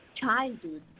childhood